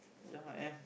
yeah and